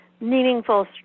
meaningful